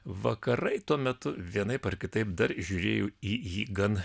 vakarai tuo metu vienaip ar kitaip dar žiūrėjo į jį gan